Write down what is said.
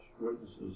witnesses